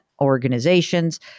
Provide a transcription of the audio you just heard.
organizations